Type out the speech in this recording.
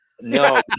No